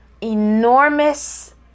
enormous